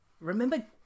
Remember